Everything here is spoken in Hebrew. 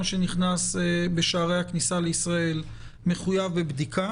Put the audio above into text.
שנכנס בשערי הכניסה לישראל מחויב בבדיקה.